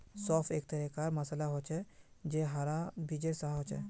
सौंफ एक तरह कार मसाला छे जे हरा बीजेर सा होचे